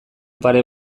pare